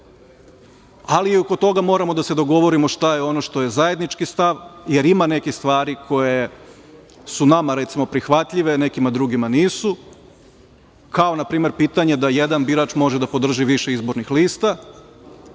ali i oko toga moramo da se dogovorimo šta je ono što je zajednički stav, jer ima nekih stvari koje su nama, recimo, prihvatljive, nekima drugima nisu, kao na primer pitanje da jedan birač može da podrži više izbornih lista,